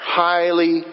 highly